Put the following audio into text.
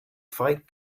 fight